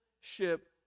ship